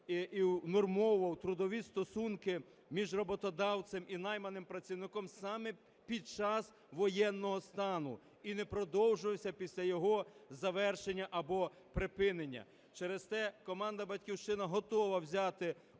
і унормовував трудові стосунки між роботодавцем і найманим працівником саме під час воєнного стану і не продовжувався після його завершення або припинення. Через те команда "Батьківщина" готова взяти участь